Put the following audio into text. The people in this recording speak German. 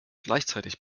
gleichzeitig